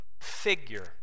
figure